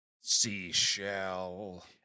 seashell